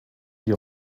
die